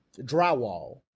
drywall